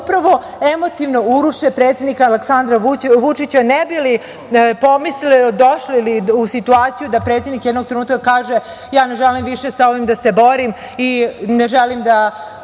da upravo emotivno uruše predsednika Aleksandra Vučića, ne bi li pomislili ili došli u situaciju da predsednik jednog trenutka kaže – ja ne želim više sa ovim da se borim i ne želim da